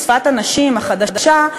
שפת הנשים החדשה,